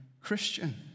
Christian